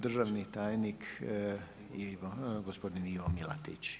Državni tajnik gospodin Ivo Milatić: